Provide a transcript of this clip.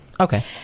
Okay